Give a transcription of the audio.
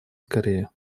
скорее